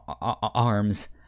arms